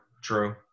True